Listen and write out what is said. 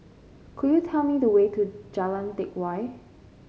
could you tell me the way to Jalan Teck Whye